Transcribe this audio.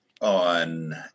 on